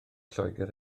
lloegr